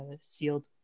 sealed